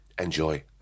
Enjoy